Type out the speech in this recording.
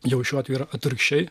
jau šiuo atveju atvirkščiai